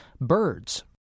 birds